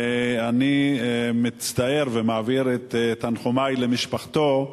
ואני מצטער, ומעביר את תנחומי למשפחתו,